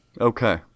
Okay